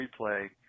replay